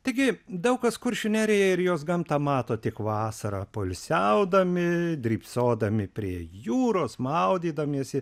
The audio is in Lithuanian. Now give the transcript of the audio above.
taigi daug kas kuršių neriją ir jos gamtą mato tik vasarą poilsiaudami drybsodami prie jūros maudydamiesi